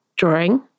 drawing